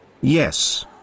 Yes